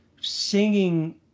singing